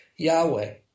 Yahweh